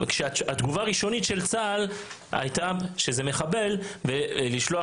התגובה הראשונית של צה"ל הייתה שזה מחבל ושלוח